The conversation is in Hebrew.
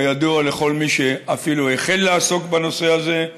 כידוע לכל מי שאפילו החל לעסוק בנושא הזה,